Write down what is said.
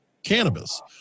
cannabis